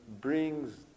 brings